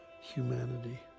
humanity